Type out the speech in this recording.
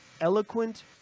eloquent